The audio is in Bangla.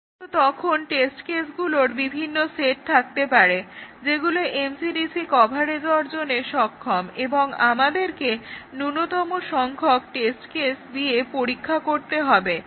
কিন্তু তখন টেস্ট কেসগুলোর বিভিন্ন সেট থাকতে পারে যেগুলো MCDC কভারেজ অর্জনে সক্ষম এবং আমাদেরকে ন্যূনতম সংখ্যক টেস্ট কেস নিয়ে পরীক্ষা করতে হবে